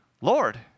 Lord